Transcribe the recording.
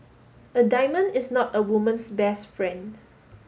a diamond is not a woman's best friend